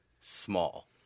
small